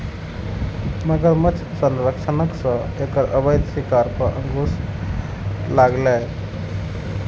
मगरमच्छ संरक्षणक सं एकर अवैध शिकार पर अंकुश लागलैए